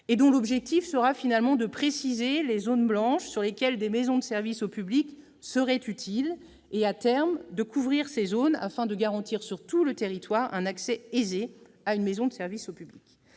Leur objectif sera de préciser les « zones blanches » sur lesquelles des maisons de services au public seraient utiles, pour, à terme, couvrir ces zones afin de garantir, sur tout le territoire, un accès aisé à une maison de service au public.